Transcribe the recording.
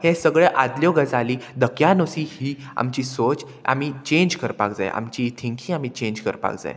हे सगळे आदल्यो गजाली दक्यान ही आमची सोच आमी चेंज करपाक जाय आमची थिंकींग आमी चेंज करपाक जाय